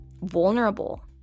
vulnerable